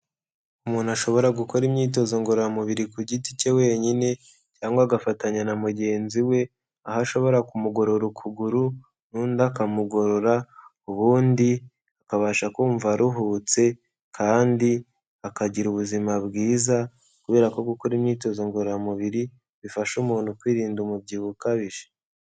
Umuntu ashobora gukora imyitozo ngororamubiri ku giti cye wenyine cyangwa agafatanya na mugenzi we, aho ashobora kumugorora ukuguru n'unda akamugorora, ubundi akabasha kumva aruhutse kandi akagira ubuzima bwiza kubera ko gukora imyitozo ngororamubiri bifasha umuntu kwirinda umubyibuho ukabije.